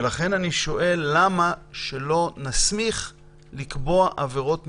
לכן אני שואל למה שלא נסמיך לקבוע עבירות מינהליות.